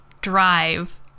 drive